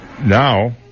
now